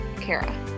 Kara